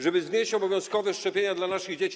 żeby znieść obowiązkowe szczepienia dla naszych dzieci.